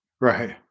Right